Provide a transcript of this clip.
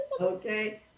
Okay